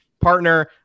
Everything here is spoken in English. partner